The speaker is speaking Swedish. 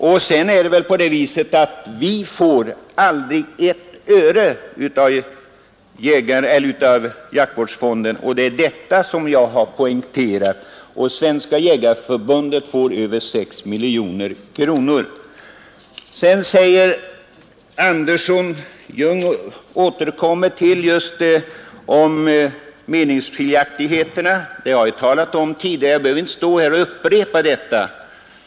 Jag har poängterat att vi aldrig får ett öre ur jaktvårdsfonden, medan Svenska jägareförbundet erhöll 1970-1971 över 6 miljoner kronor ur jaktvårdsfonden och älgskaderegleringsfonden. Herr Andersson i Ljung återkommer till meningsskiljaktigheterna. Jag har talat om detta tidigare och behöver inte upprepa det.